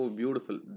beautiful